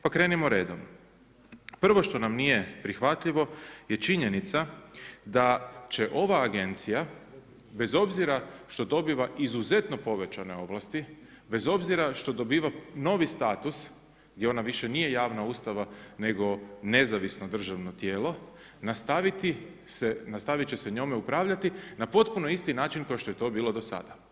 Pa krenimo redom, prvo što nam nije prihvatljivo, je činjenica, da će ova agencija, bez obzira što dobiva izuzetno povećane ovlasti, bez obzira što dobiva novi status, gdje ona više nije javna ustanova, nego nezavisno državno tijelo, nastaviti će se njome upravljati, na potpuno isti način, kao što je to bilo do sada.